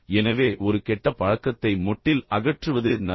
எனவே ஒரு கெட்ட பழக்கத்தை மொட்டில் அகற்றுவது நல்லது